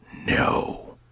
no